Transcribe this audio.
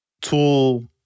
tool